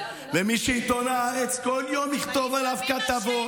ומי שעיתון הארץ כל יום יכתוב עליו כתבות,